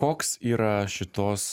koks yra šitos